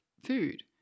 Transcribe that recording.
food